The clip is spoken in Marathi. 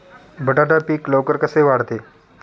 बटाटा पीक लवकर कसे वाढते?